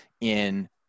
in-